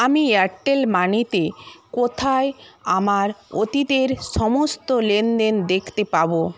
আমি এয়ারটেল মানিতে কোথায় আমার অতীতের সমস্ত লেনদেন দেখতে পাবো